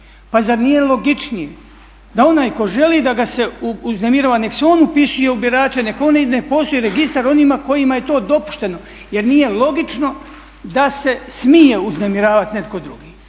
Pa zar nije logičnije da onaj tko želi da ga se uznemirava nek' se on upisuje u birače. Nek' on ide, postoji registar onima kojima je to dopušteno, jer nije logično da se smije uznemiravati netko drugi.